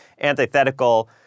antithetical